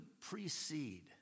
precede